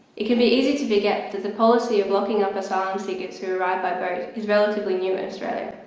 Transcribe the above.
it can be easy to forget that the policy of locking up asylum seekers who arrive by boat is relatively new in australia,